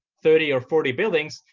thirty or forty buildings,